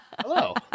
Hello